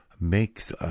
makes